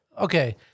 Okay